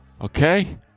okay